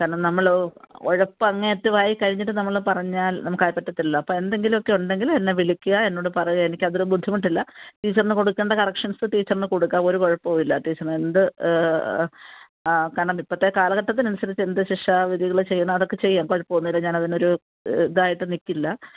കാരണം നമ്മൾ ഉഴപ്പ് അങ്ങേയറ്റം ആയി കഴിഞ്ഞിട്ട് നമ്മൾ പറഞ്ഞാൽ നമുക്കത് പറ്റത്തില്ലല്ലോ അപ്പോൾ എന്തെങ്കിലും ഒക്കെ ഉണ്ടെങ്കിൽ എന്നെ വിളിക്കാൻ എന്നോട് പറയുക എനിക്കതിൽ ബുദ്ധിമുട്ടില്ല ടീച്ചർന് കൊടുക്കേണ്ട കറക്ഷൻസ് ടീച്ചർന് കൊടുക്കാം ഒരു കുഴപ്പവും ഇല്ല ടീച്ചർ എന്ത് കാരണം ഇപ്പത്തെ കാലഘട്ടത്തിനനുസരിച്ച് എന്ത് ശിക്ഷാവിധികൾ ചെയ്യണം അതൊക്കെ ചെയ്യാം കുഴപ്പം ഒന്നും ഇല്ല ഞാനതിനൊരു ഇതായിട്ട് നിൽക്കില്ല